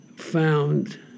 Found